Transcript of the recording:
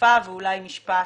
אכיפה ואולי משפט,